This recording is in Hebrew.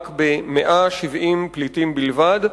ב-170 פליטים בלבד,